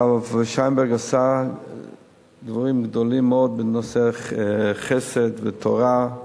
הרב שיינברג עשה דברים גדולים מאוד בנושאי חסד ותורה,